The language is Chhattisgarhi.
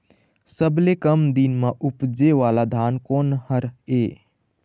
सबसे कम दिन म उपजे वाला धान कोन हर ये?